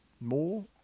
more